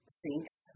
sinks